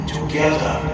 Together